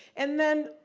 and then,